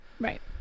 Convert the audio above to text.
Right